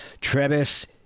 Trevis